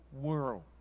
world